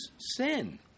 Sin